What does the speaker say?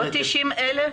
לא 90,000?